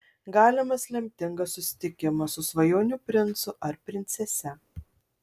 galimas lemtingas susitikimas su svajonių princu ar princese